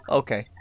okay